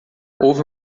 houve